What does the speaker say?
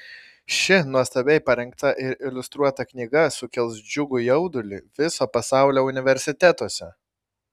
ši nuostabiai parengta ir iliustruota knyga sukels džiugų jaudulį viso pasaulio universitetuose